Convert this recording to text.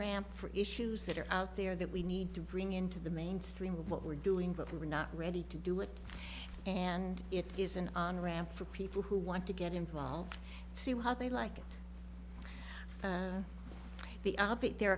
for issues that are out there that we need to bring into the mainstream of what we're doing but we're not ready to do it and it is an on ramp for people who want to get involved see how they like the update there